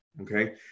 Okay